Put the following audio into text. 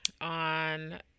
on